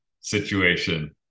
situation